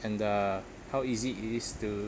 and uh how easy it is to